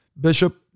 Bishop